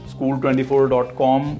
school24.com